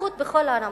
האיכות בכל הרמות.